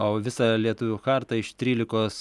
o visą lietuvių chartą iš trylikos